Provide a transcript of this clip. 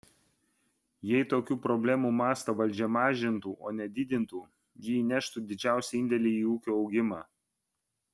jei tokių problemų mastą valdžia mažintų o ne didintų ji įneštų didžiausią indėlį į ūkio augimą